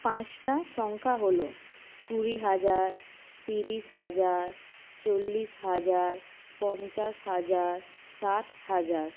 পাঁচটা সংখ্যা হল কুড়ি হাজার তিরিশ হাজার চল্লিশ হাজার পঞ্চাশ হাজার ষাট হাজার